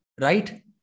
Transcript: right